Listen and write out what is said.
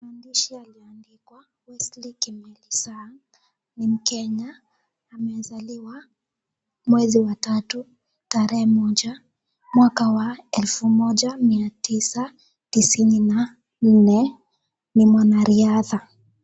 Maandishi yaliandikwa Wesley Kimeli Sang, ni mkenya. Amezaliwa mwezi wa tatu, tarehe moja, mwaka wa elfu moja mia tisa tisini na nne. Ni mwanariadha.